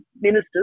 ministers